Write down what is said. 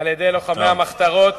על-ידי לוחמי המחתרות,